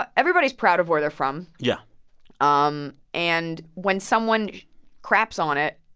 but everybody's proud of where they're from yeah um and when someone craps on it,